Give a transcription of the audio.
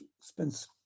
Spence